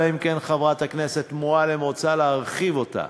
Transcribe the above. אלא אם כן חברת הכנסת מועלם רוצה להרחיב אותה.